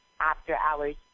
after-hours